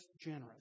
generous